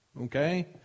Okay